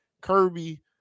Kirby